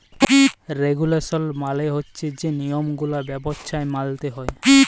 regulation মালে হছে যে লিয়মগুলা ব্যবছায় মাইলতে হ্যয়